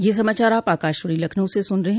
ब्रे क यह समाचार आप आकाशवाणी लखनऊ से सुन रहे हैं